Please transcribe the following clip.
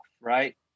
right